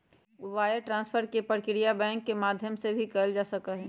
wire transfer के प्रक्रिया bank के माध्यम से ही कइल जा सका हई